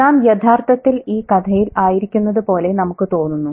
നാം യഥാർത്ഥത്തിൽ ഈ കഥയിൽ ആയിരിക്കുന്നതുപോലെ നമുക്ക് തോന്നുന്നു